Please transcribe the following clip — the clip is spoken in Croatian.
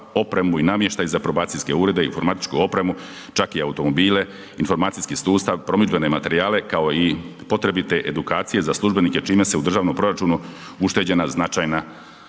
opremu i namještaj za probacijske urede, informatičku opremu, čak i automobile, informacijski sustav, promidžbene materijale kao i potrebite edukacije za službenike čime su u državnom proračunu ušteđena značajna